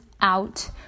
out